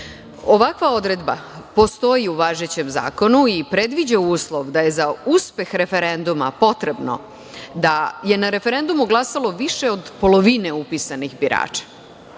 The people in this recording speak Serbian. Ovakva odredba postoji u važećem zakonu i predviđa uslov da je za uspeh referenduma potrebno da je na referendumu glasalo više od polovine upisanih birača.